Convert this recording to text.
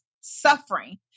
suffering